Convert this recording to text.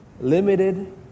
limited